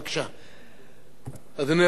אדוני היושב-ראש, כנסת נכבדה,